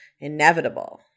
inevitable